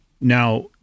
now